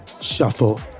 shuffle